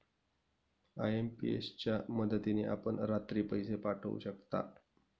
IMPS च्या मदतीने आपण रात्री पैसे पाठवू शकता